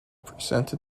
presented